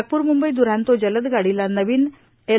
नागपूर मुंबई द्रांतो जलद गाडीला नवीन एल